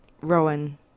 Rowan